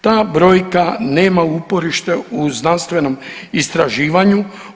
Ta brojka nema uporište u znanstvenom istraživanju.